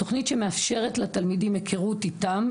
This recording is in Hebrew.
תוכנית שמאפשרת לתלמידים היכרות איתם,